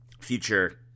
future